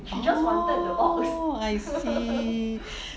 oh I see